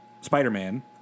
Spider-Man